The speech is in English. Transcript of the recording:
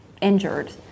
injured